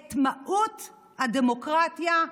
את מהות הדמוקרטיה,